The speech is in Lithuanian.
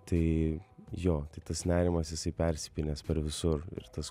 tai jo tas nerimas jisai persipynęs per visur ir tas